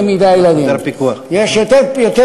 יש יותר פיקוח.